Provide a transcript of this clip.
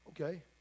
Okay